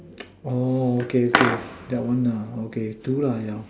oh okay okay that one lah okay do